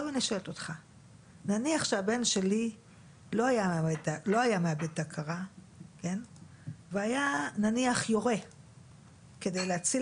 נניח שהבן שלי לא היה מאבד את ההכרה והיה יורה כדי להציל